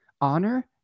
honor